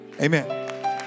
Amen